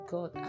God